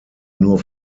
nur